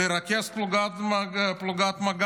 לרכז פלוגת מג"ב,